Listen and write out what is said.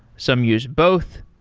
some use both.